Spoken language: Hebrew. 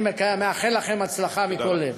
אני מאחל לכם הצלחה מכל לב.